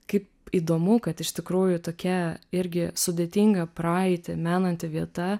kaip įdomu kad iš tikrųjų tokia irgi sudėtingą praeitį menanti vieta